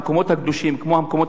כמו המקומות הקדושים לכם,